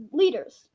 leaders